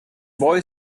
boy